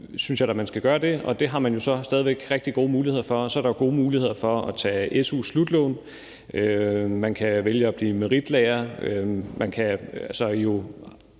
synes jeg da, man skal gøre det, og det har man jo så stadig væk rigtig gode muligheder for. Der er jo gode muligheder for at tage su-slutlån, man kan vælge at blive meritlærer,